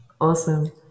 Awesome